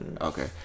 Okay